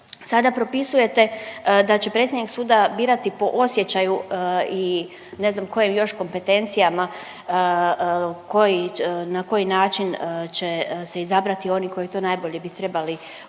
Sada propisujete da će predsjednik suda birati po osjećaju i ne znam kojim još kompetencijama, koji na koji način će se izabrati oni koji to najbolje bi trebali odrađivati,